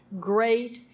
great